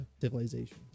civilization